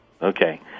Okay